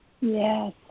Yes